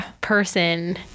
person